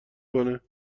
کنه